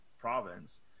province